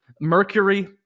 Mercury